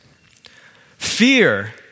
Fear